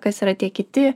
kas yra tie kiti